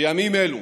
בימים אלו,